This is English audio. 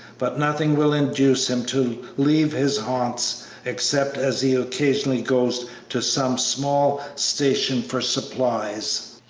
but nothing will induce him to leave his haunts except as he occasionally goes to some small station for supplies.